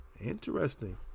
interesting